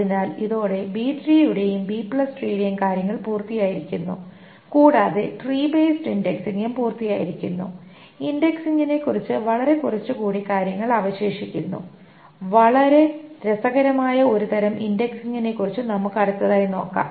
അതിനാൽ ഇതോടെ ബി ട്രീയുടെയും ബി ട്രീയുടെയും B tree കാര്യങ്ങൾ പൂർത്തിയായിരിക്കുന്നു കൂടാതെ ട്രീ ബേസ്ഡ് ഇൻഡെക്സിംഗും പൂർത്തിയായിരിക്കുന്നു ഇൻഡെക്സിംഗിനെക്കുറിച്ച് വളരെ കുറച്ചുകൂടെ കാര്യങ്ങൾ അവശേഷിക്കുന്നു വളരെ രസകരമായ ഒരു തരം ഇൻഡെക്സിംഗിനെക്കുറിച്ച് നമുക്ക് അടുത്തതായി നോക്കാം